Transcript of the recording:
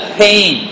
pain